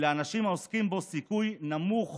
ולאנשים העוסקים בו סיכוי נמוך